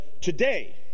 Today